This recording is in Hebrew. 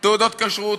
תעודות כשרות.